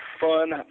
fun